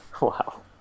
Wow